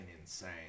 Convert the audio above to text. insane